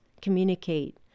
communicate